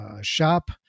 shop